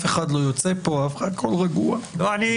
אדוני,